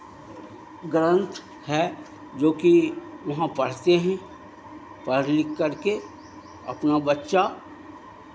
ग्रन्थ है जोकि वहाँ पढ़ते हैं पढ़ लिख करके अपना बच्चा